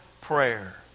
prayer